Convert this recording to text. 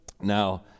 now